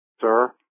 Sir